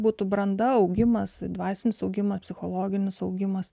būtų branda augimas dvasinis augimą psichologinis augimas